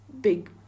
big